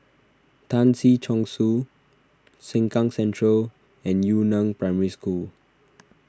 Tan Si Chong Su Sengkang Central and Yu Neng Primary School